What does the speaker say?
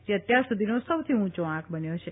જે અત્યાર સુધીનો સૌથી ઉંચો આંક બન્યો છે